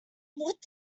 what